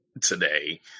today